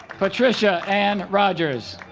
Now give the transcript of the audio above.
patricia anne rogers